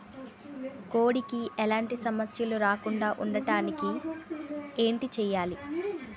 కోడి కి ఎలాంటి సమస్యలు రాకుండ ఉండడానికి ఏంటి చెయాలి?